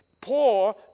poor